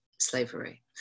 slavery